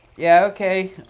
yeah, okay.